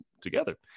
together